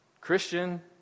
Christian